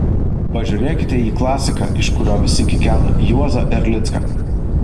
pažiūrėkite į klasiką iš kurio visi kikena juozą erlicką